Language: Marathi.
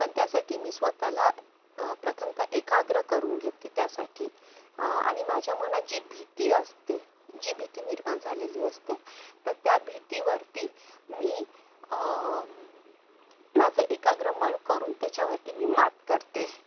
पण त्यासाठी मी स्वत ला प्रथमत एकाग्र करून घेते त्यासाठी आणि माझ्या मनात जी भीती असते जी भीती निर्माण झालेली असते तर त्या भीतीवरती मी माझं एकाग्र मन करून त्याच्यावरती मी मात करते